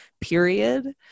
period